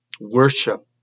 worship